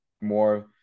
more